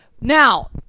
Now